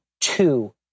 two